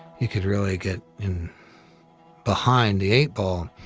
you could really get in behind the eight ball.